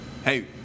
Hey